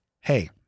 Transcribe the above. hey